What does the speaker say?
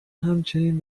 همچنین